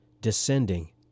descending